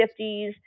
50s